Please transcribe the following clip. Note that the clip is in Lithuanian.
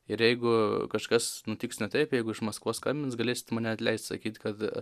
ir jeigu kažkas nutiks ne taip jeigu iš maskvos skambins galėsite mane atleist sakyt kad